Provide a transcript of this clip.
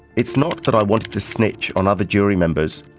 it's not that i wanted to snitch on other jury members,